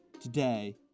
Today